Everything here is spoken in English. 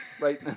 right